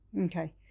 Okay